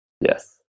Yes